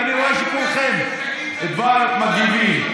ואני רואה שכולכם כבר מגיבים.